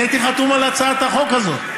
אני הייתי חתום על הצעת החוק הזאת.